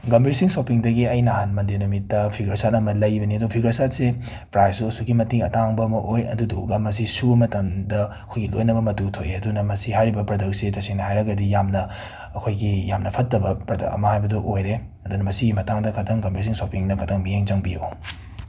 ꯒꯝꯚꯤꯔ ꯁꯤꯡ ꯁꯣꯄꯤꯡꯗꯒꯤ ꯑꯩ ꯅꯍꯥꯟ ꯃꯟꯗꯦ ꯅꯨꯃꯤꯠꯇ ꯐꯤꯒꯔ ꯁꯔꯠ ꯑꯃ ꯂꯩꯕꯅꯦ ꯑꯗꯣ ꯐꯤꯒꯔ ꯁꯔꯠꯁꯦ ꯄ꯭ꯔꯥꯏꯁꯁꯨ ꯑꯁꯨꯛꯀꯤ ꯃꯇꯤꯛ ꯑꯇꯥꯡꯕ ꯑꯃ ꯑꯣꯏ ꯑꯗꯨꯗꯨꯒ ꯃꯁꯤ ꯁꯨꯕ ꯃꯇꯝꯗ ꯑꯩꯈꯣꯏꯒꯤ ꯂꯣꯏꯅꯃꯛ ꯃꯇꯨ ꯊꯣꯛꯑꯦ ꯑꯗꯨꯅ ꯃꯁꯤ ꯍꯥꯏꯔꯤꯕ ꯄ꯭ꯔꯗꯛꯁꯤ ꯇꯁꯦꯡꯅ ꯍꯥꯏꯔꯒꯗꯤ ꯌꯥꯝꯅ ꯑꯩꯈꯣꯏꯒꯤ ꯌꯥꯝꯅ ꯐꯠꯇꯕ ꯄ꯭ꯔꯗꯛ ꯑꯃ ꯍꯥꯏꯕꯗꯨ ꯑꯣꯏꯔꯦ ꯑꯗꯨꯅ ꯃꯁꯤꯒꯤ ꯃꯇꯥꯡꯗ ꯈꯤꯇꯪ ꯒꯝꯕꯤꯔ ꯁꯤꯡ ꯁꯣꯄꯤꯡꯅ ꯈꯤꯇꯪ ꯃꯤꯠꯌꯦꯡ ꯆꯪꯕꯤꯌꯨ